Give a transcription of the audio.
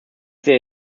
there